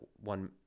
one